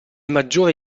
maggiore